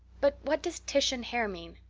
but what does titian hair mean?